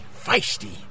feisty